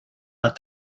but